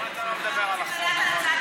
למה אתה לא מדבר על החוק?